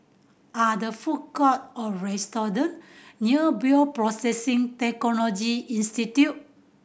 are the food court or restaurant near Bioprocessing Technology Institute